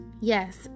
Yes